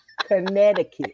Connecticut